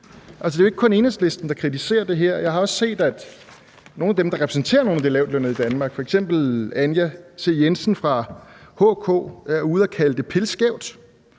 det er jo ikke kun Enhedslisten, der kritiserer det her. Jeg har også set, at nogle af dem, der repræsenterer nogle af de lavtlønnede i Danmark, gør det. F.eks. er Anja C. Jensen fra HK ude at kalde det pilskævt.